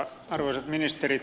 arvoisat ministerit